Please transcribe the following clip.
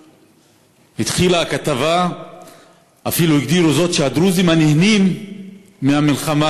כשהתחילה הכתבה אפילו הגדירו זאת שהדרוזים נהנים מהמלחמה